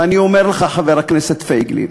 ואני אומר לך, חבר הכנסת פייגלין: